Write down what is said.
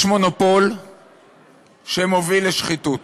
יש מונופול שמוביל לשחיתות.